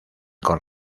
con